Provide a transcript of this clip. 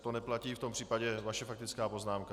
To neplatí, v tom případě vaše faktická poznámka.